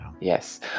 Yes